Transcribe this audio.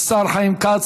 השר חיים כץ.